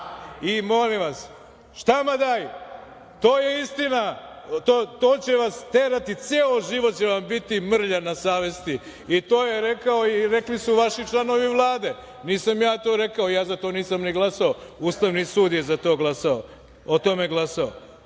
i molim vas, šta ma daj, to je istina, to će vas ceo život terati i biti vam mrlja na savesti i to je rekao i rekli su vaši članovi Vlade, nisam ja to rekao, ja za to nisam ni glasao, Ustavni sud je o tome glasao. Hoću da kažem,